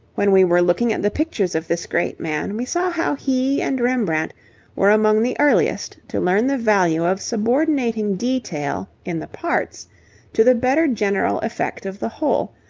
when we were looking at the pictures of this great man, we saw how he and rembrandt were among the earliest to learn the value of subordinating detail in the parts to the better general effect of the whole,